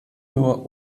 nur